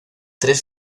tres